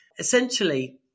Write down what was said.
Essentially